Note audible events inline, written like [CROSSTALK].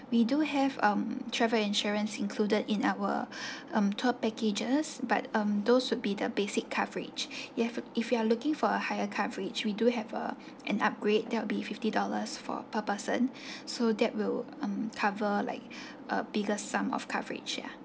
we do have um travel insurance included in our [BREATH] um tour packages but um those would be the basic coverage [BREATH] you have if you are looking for a higher coverage we do have a an upgrade that will be fifty dollars for per person [BREATH] so that will um cover like [BREATH] a bigger sum of coverage ya